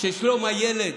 שבה שלום הילד